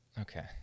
Okay